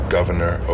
Governor